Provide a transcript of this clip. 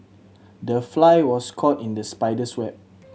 the fly was caught in the spider's web